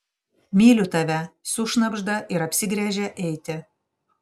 myliu tave sušnabžda ir apsigręžia eiti